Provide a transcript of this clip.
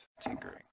tinkering